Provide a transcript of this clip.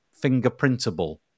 fingerprintable